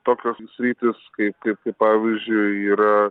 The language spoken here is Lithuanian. tokios sritys kaip kaip pavyzdžiui yra